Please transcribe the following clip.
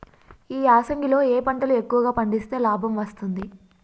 ఈ యాసంగి లో ఏ పంటలు ఎక్కువగా పండిస్తే లాభం వస్తుంది?